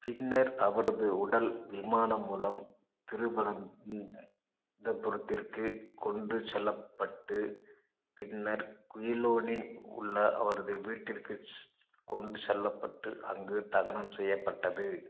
பின்னர் அவரது உடல் விமானம் மூலம் திருவனந்தபுரத்திற்கு கொண்டு செல்லப்பட்டு பின்னர் குயிலோனில் உள்ள அவரது வீட்டிற்கு கொண்டு செல்லப்பட்டு அங்கு தகனம் செய்யப்பட்டது